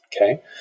Okay